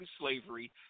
slavery